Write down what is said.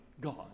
God